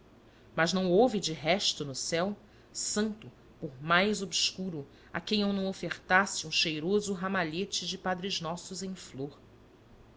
mas não houve de resto no céu santo por mais obscuro a quem eu não ofertasse um cheiroso ramalhete de padre nossos em flor